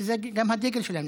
וזה גם הדגל שלהם.